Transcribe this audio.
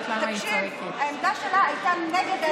העמדה שלך הייתה נגד.